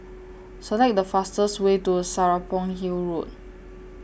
Select The fastest Way to Serapong Hill Road